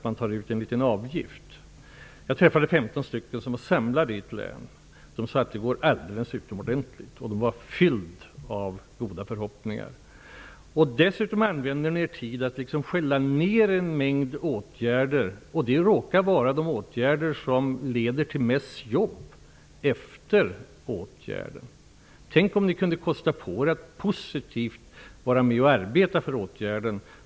Förra veckan träffade jag 15 ungdomsförmedlare, som var samlade i ett län. De sade att det går alldeles utomordentligt bra. De var fyllda av goda förhoppningar. Dessutom använder ni er tid till att skälla ner en mängd åtgärder. Det råkar vara de åtgärder som leder till flest jobb efteråt. Tänk om ni kunde kosta på er att positivt vara med och arbeta för åtgärderna.